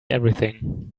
everything